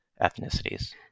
ethnicities